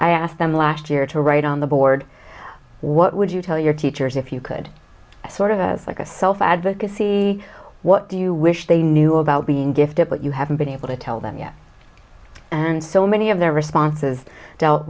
i asked them last year to write on the board what would you tell your teachers if you could sort of like a self advocacy what do you wish they knew about being gifted but you haven't been able to tell them yes and so many of their responses dealt